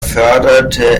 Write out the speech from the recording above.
förderte